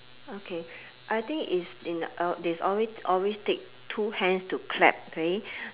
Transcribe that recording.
okay I think is in uh always always take two hands to clap okay